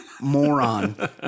moron